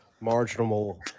marginal